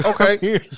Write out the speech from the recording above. Okay